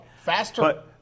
Faster